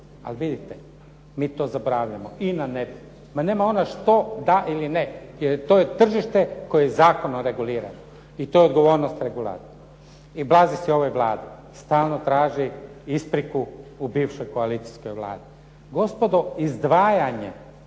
Ali vidite mi to zaboravljamo. INA ne ma nema ona što da li ne. Jer to je tržište koje je zakonom regulirano i to je odgovornost regulatora. ... /Govornik se ne razumije./ ... stalno traži ispriku u bivšoj koalicijskoj vladi. Gospodo izdvajanja